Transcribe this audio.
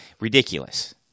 ridiculous